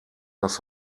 das